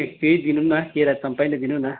त्यही दिनु न केरा चम्पै नै दिनु न